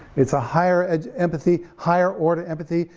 it's a higher empathy, higher order empathy,